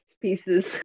pieces